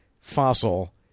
fossil